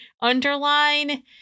Underline